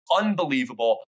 unbelievable